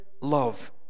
love